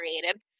created